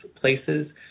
places